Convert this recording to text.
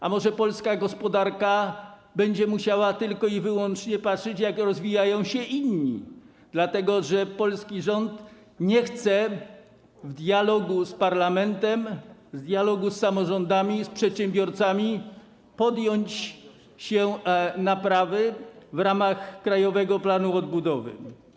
A może polska gospodarka będzie musiała tylko i wyłącznie patrzeć, jak rozwijają się inni, dlatego że polski rząd nie chce w dialogu z parlamentem, w dialogu z samorządami, z przedsiębiorcami podjąć się naprawy w ramach Krajowego Planu Odbudowy?